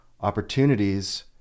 Opportunities